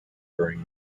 during